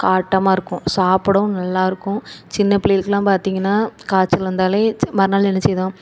காட்டமாக இருக்கும் சாப்பிடவும் நல்லா இருக்கும் சின்ன பிள்ளைகளுக்குலாம் பார்த்திங்கனா காய்ச்சல் வந்தால் மறுநாள் என்ன செய்தோன்னா